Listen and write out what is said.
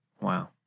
wow